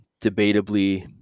debatably